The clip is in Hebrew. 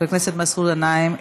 חבר הכנסת מסעוד גנאים,